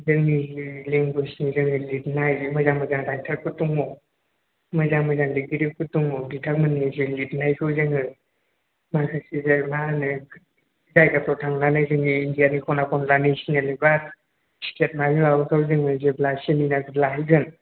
जोंनिनो लेंगुवेजनि जोंनिनो लिरनाय मोजां मोजां राइटारफोर दङ मोजां मोजां लिरगिरिफोर दङ बिथांमोननि जे लिरनायखौ जोङो माखासे जे मा होनो जायगाफोराव थांनानै जोंनि इण्डियानि खना खनलानि नेसनेल एबा स्टेट मानि माबाफ्राव जोङो जेब्ला सेमिनार लाहैगोन